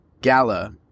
Gala